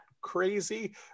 crazy